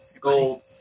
gold